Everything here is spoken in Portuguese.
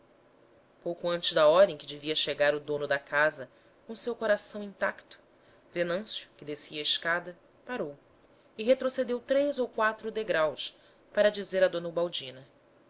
pouco antes da hora em que devia chegar o dono da casa com o seu coração intacto venâncio que descia a escada parou e retrocedeu três ou quatro degraus para dizer a